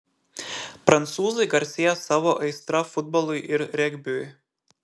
prancūzai garsėja savo aistra futbolui ir regbiui